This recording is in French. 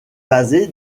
basé